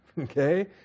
Okay